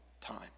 time